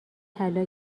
طلا